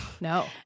No